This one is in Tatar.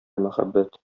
мәхәббәт